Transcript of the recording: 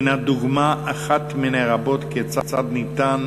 הנה דוגמה אחת מני רבות כיצד ניתן